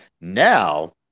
Now